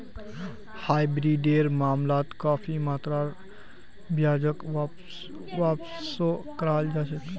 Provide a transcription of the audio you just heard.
हाइब्रिडेर मामलात काफी मात्रात ब्याजक वापसो कराल जा छेक